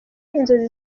inzozi